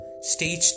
stage